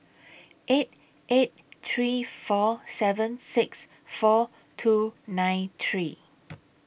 eight eight three four seven six four two nine three